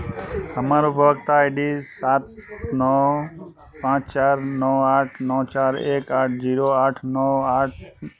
हमर उपभोक्ता I D सात नओ पाँच चारि नओ आठ नओ चारि एक आठ जीरो आठ नओ आठ